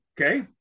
Okay